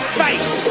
face